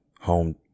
home